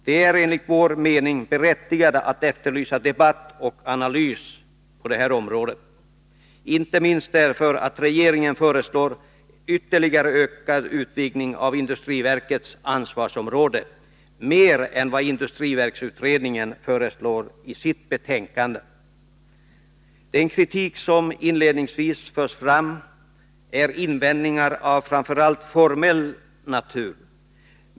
Det är enligt vår mening berättigat att efterlysa debatt och analys på detta område — inte minst därför att regeringen föreslår ytterligare ökad utvidgning av industriverkets ansvarsområde, mer än vad industriverksutredningen föreslår i sitt betänkande. Den kritik som inledningsvis förts fram är invändningar av framför allt formell natur.